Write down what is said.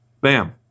bam